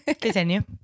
Continue